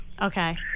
Okay